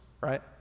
right